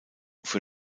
für